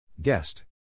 Guest